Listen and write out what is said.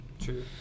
true